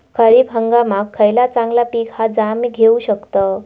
खरीप हंगामाक खयला चांगला पीक हा जा मी घेऊ शकतय?